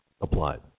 applied